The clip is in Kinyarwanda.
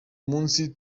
munsi